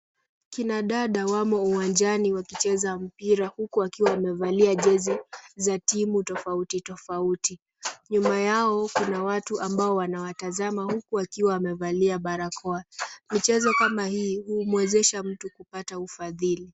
Kinada dawamo uwanjani wakicheza mpira huku wakiwa wamevalia jezi za timu tofauti tofauti. Nyuma yao kuna watu ambao wanawatazama huku wakiwa wamevalia barakoa. Mchezo kama hii huumwezesha mtu kupata ufadhili.